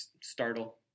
startle